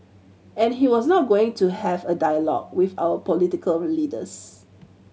and he was not going to have a dialogue with our political leaders